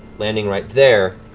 landing right there.